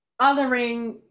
othering